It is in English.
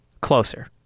Closer